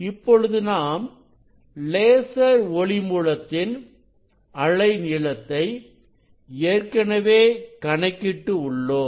இப்பொழுது நாம் லேசர் ஒளி மூலத்தின் அலை நீளத்தை ஏற்கனவே கணக்கிட்டு உள்ளோம்